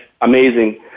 amazing